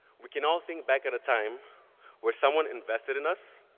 we can all think back at a time where someone invested in us,